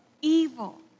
evil